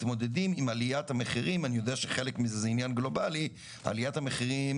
אני חושבת שזה כנראה דבר שייצר משהו.